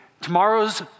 Tomorrow's